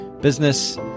business